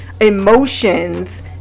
emotions